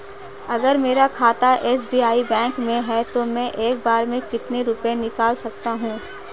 अगर मेरा खाता एस.बी.आई बैंक में है तो मैं एक बार में कितने रुपए निकाल सकता हूँ?